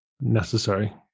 necessary